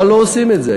אבל לא עושים את זה.